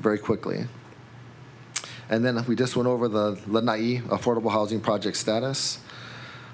very quickly and then we just went over the affordable housing project status